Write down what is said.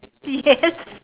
yes